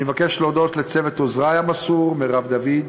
אני מבקש להודות לצוות עוזרי המסור: מרב דוד,